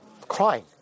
Crying